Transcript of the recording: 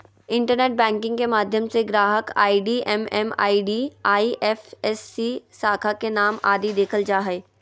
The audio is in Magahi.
इंटरनेट बैंकिंग के माध्यम से ग्राहक आई.डी एम.एम.आई.डी, आई.एफ.एस.सी, शाखा के नाम आदि देखल जा हय